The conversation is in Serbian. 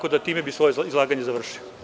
Ovim bih svoje izlaganje završio.